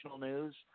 news